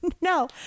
No